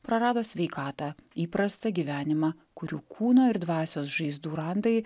prarado sveikatą įprastą gyvenimą kurių kūno ir dvasios žaizdų randai